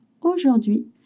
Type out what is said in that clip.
aujourd'hui